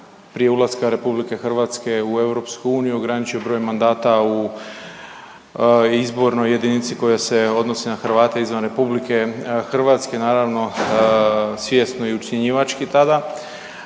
prije ulaska RH u EU ograničio broj mandata u izbornoj jedinici koja se odnosi na Hrvate izvan RH, naravno svjesno i ucjenjivački tada.